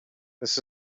this